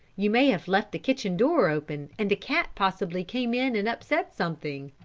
you may have left the kitchen door open and the cat possibly came in and upset something.